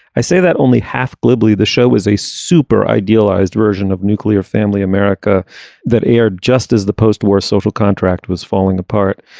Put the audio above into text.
i say that only half glibly the show was a super idealized version of nuclear family america that aired just as the postwar social contract was falling apart.